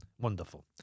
Wonderful